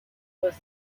was